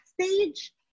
stage